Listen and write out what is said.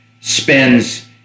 spends